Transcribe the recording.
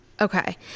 Okay